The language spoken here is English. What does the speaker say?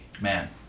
Man